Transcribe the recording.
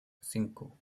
cinco